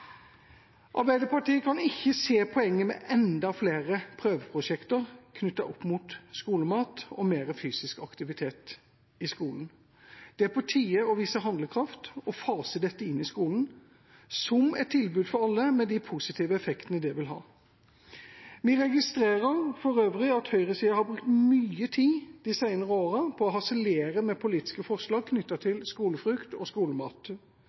Arbeiderpartiet kan ikke se poenget med enda flere prøveprosjekter knyttet til skolemat og mer fysisk aktivitet i skolen. Det er på tide å vise handlekraft og fase dette inn i skolen som et tilbud for alle, med de positive effektene det vil ha. Vi registrerer for øvrig at høyresiden har brukt mye tid de senere årene på å harselere med politiske forslag knyttet til skolefrukt og skolemat.